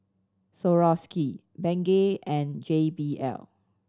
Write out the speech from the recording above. Swarovski Bengay and J B L